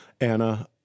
Anna